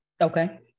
Okay